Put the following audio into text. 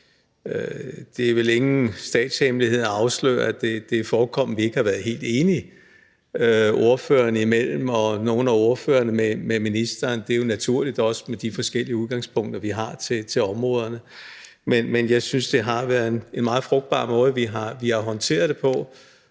Det er vel ingen statshemmelighed, at det er forekommet, at vi ikke har været helt enige, ordførerne imellem og nogle af ordførerne med ministeren. Det er jo naturligt, også med de forskellige udgangspunkter, vi har til områderne. Men jeg synes, det har været en meget frugtbar måde, vi har håndteret det på,